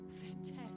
fantastic